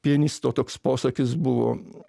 pianisto toks posakis buvo